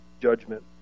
judgment